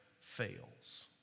fails